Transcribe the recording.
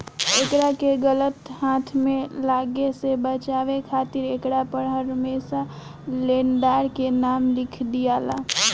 एकरा के गलत हाथ में लागे से बचावे खातिर एकरा पर हरमेशा लेनदार के नाम लिख दियाला